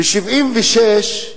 ב-1976,